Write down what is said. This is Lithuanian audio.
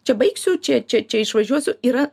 čia baigsiu čia čia čia išvažiuosiu yra